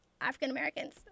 African-Americans